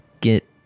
get